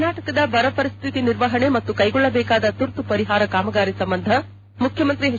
ಕರ್ನಾಟಕದ ಬರ ಪರಿಸ್ಥಿತಿ ನಿರ್ವಹಣೆ ಮತ್ತು ಕೈಗೊಳ್ಳಬೇಕಾದ ತುರ್ತು ಪರಿಹಾರ ಕಾಮಗಾರಿ ಸಂಬಂಧ ಮುಖ್ಯಮಂತ್ರಿ ಎಚ್